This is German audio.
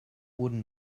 wurden